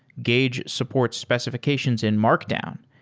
gauge supports specifi cations in markdown,